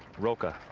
rocca.